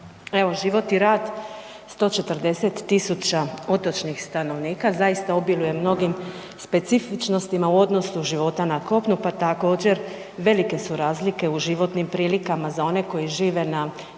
život i rad 140.000 otočnih stanovnika zaista obiluje mnogim specifičnostima u odnosu života na kopnu pa također velike su razlike u životnim prilikama za one koji žive na velikim